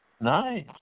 Nice